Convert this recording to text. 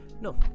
no